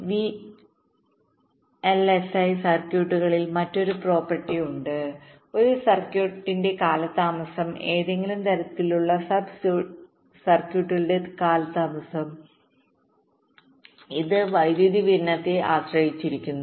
VLSI സർക്യൂട്ടുകളിൽ മറ്റൊരു property ഉണ്ട് ഒരു സർക്യൂട്ടിന്റെ കാലതാമസം ഏതെങ്കിലും തരത്തിലുള്ള സബ് സർക്യൂട്ടുകളുടെ കാലതാമസം ഇത് വൈദ്യുതി വിതരണത്തെ ആശ്രയിച്ചിരിക്കുന്നു